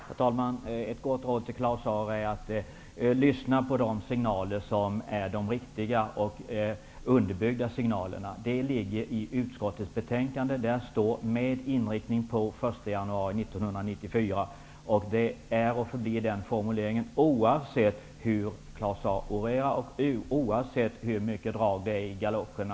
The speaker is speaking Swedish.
Herr talman! Ett gott råd till Claus Zaar: Lyssna på de signaler som är riktiga och som är underbyggda! Sådana finns det i utskottets betänkande. Där skriver man nämligen ''med inriktning på den 1 januari 1994''. Så lyder formuleringen -- och sådan förblir den, hur mycket Claus Zaar än orerar här och hur mycket drag det än är under galoscherna.